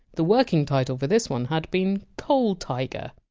the working title for this one had been! coal tiger.